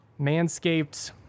Manscaped